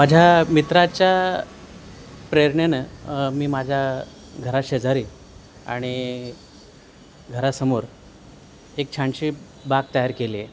माझ्या मित्राच्या प्रेरणेनं मी माझ्या घरा शेजारी आणि घरासमोर एक छानशी बाग तयार केली आहे